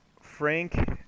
frank